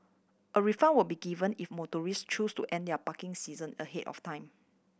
a refund will be given if motorist choose to end their parking session ahead of time